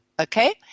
okay